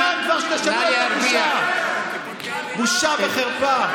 --- הגיע הזמן כבר שתשנו את הגישה, בושה וחרפה.